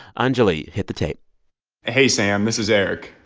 anjuli, hit the tape hey, sam, this is eric